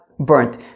burnt